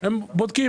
אמרתי: